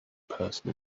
person